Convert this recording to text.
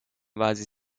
base